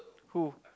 who